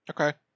Okay